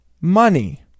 money